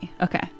Okay